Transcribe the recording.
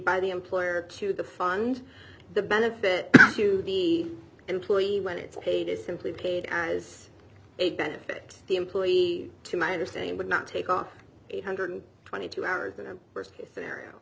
by the employer to the fund the benefit to the employee when it's paid is simply paid as a benefit the employee to my understanding would not take up eight hundred and twenty two hours in a worst case scenario